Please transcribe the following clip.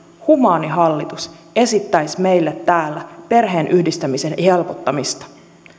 humaani hallitus esittäisi meille täällä perheenyhdistämisen helpottamista